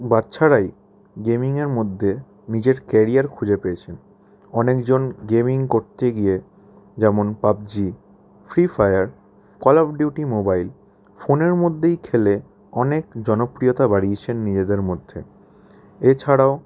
বাচ্চারাই গেমিংয়ের মধ্যে নিজের কেরিয়ার খুঁজে পেয়েছেন অনেকজন গেমিং করতে গিয়ে যেমন PUBG free fire call of duty mobile ফোনের মধ্যেই খেলে অনেক জনপ্রিয়তা বাড়িয়েছেন নিজেদের মধ্যে এছাড়াও